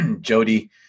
Jody